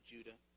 Judah